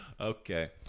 Okay